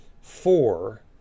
four